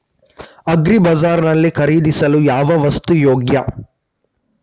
Agri bazaar ನಲ್ಲಿ ಖರೀದಿಸಲು ಯಾವ ವಸ್ತು ಯೋಗ್ಯ?